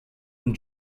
and